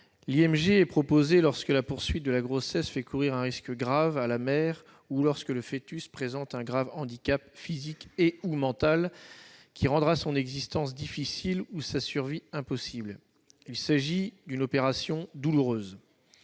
L'IMG est proposée lorsque la poursuite de la grossesse fait courir un risque grave à la mère ou lorsque le foetus présente un grave handicap physique ou mental, rendant son existence difficile ou sa survie impossible. Il s'agit d'une opération douloureuse.